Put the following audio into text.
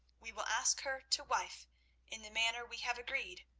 we will ask her to wife in the manner we have agreed,